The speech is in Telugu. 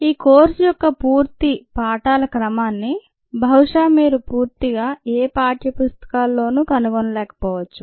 ఈ కోర్సు యొక్క పూర్తి పాఠాల క్రమాన్నిబహుశా మీరు పూర్తిగా ఏ పాఠ్యపుస్తకాల్లోనూ కనుగొనలేకపోవచ్చు